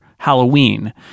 halloween